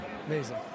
Amazing